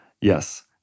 Yes